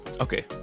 okay